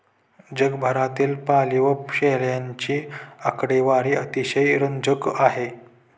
जगभरातील पाळीव शेळ्यांची आकडेवारी अतिशय रंजक आहे